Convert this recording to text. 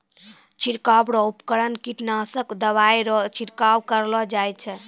छिड़काव रो उपकरण कीटनासक दवाइ रो छिड़काव करलो जाय छै